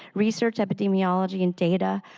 research epidemiology, and data,